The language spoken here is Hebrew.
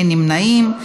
אין נמנעים.